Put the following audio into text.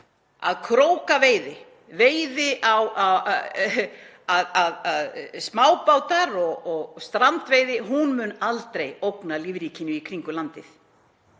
að krókaveiði, smábáta- og strandveiði, hún mun aldrei ógna lífríkinu í kringum landið.